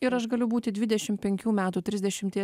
ir aš galiu būti dvidešim penkių metų trisdešimties